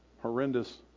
horrendous